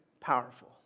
powerful